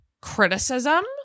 criticism